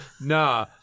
Nah